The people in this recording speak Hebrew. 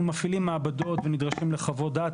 אנחנו מפעילים מעבדות ונדרשים לחוות דעת,